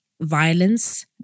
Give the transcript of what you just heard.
violence